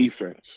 defense